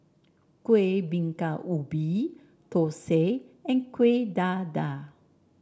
Kuih Bingka Ubi thosai and Kuih Dadar